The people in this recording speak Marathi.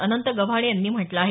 अनंत गव्हाणे यांनी म्हटलं आहे